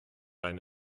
eine